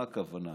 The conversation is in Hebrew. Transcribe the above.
מה הכוונה?